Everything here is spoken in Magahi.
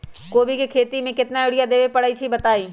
कोबी के खेती मे केतना यूरिया देबे परईछी बताई?